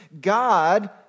God